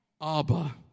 Abba